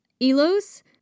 Elos